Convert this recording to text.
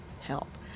help